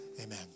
Amen